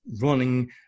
running